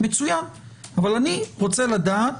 אבל אני רוצה לדעת,